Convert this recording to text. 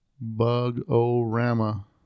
Bug-O-Rama